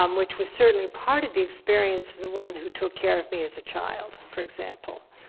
um which was certainly part of the experience of the woman who took care of me as a child, for example.